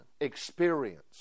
experience